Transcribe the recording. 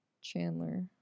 Chandler